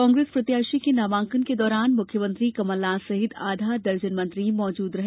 कांग्रेस प्रत्याशी के नामांकन के दौरान मुख्यमंत्री कमलनाथ सहित आधा दर्जन मंत्री मौजूद रहे